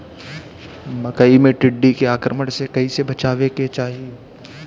मकई मे टिड्डी के आक्रमण से कइसे बचावे के चाही?